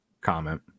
comment